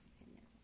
opinions